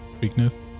weakness